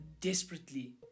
desperately